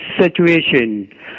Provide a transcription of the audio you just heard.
situation